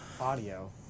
audio